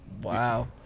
Wow